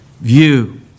view